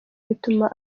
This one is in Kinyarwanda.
bituma